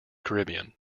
caribbean